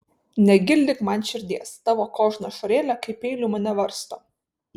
negildyk man širdies tavo kožna ašarėlė kaip peiliu mane varsto